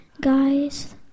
guys